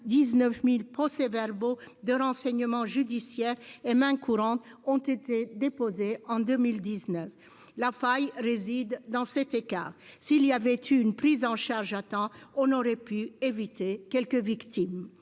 79 000 procès-verbaux de renseignement judiciaire et mains courantes ont été déposés en 2019. La faille réside dans cet écart. S'il y avait eu une prise en charge à temps, on aurait pu éviter quelques victimes.